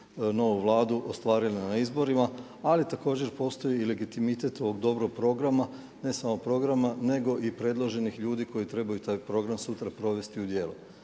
novu Vladu ostvarile na izborima. Ali također postoji i legitimitet ovog dobrog programa, ne samo programa nego i predloženih ljudi koji trebaju taj program sutra provesti u djelo.